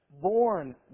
born